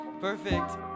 Perfect